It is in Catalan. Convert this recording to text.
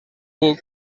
puc